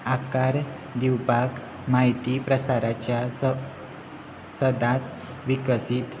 आकार दिवपाक म्हायती प्रसाराच्या स सदांच विकसीत